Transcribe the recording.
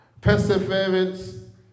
Perseverance